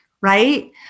right